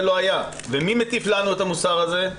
ומי מטיף לנו את המוסר הזה?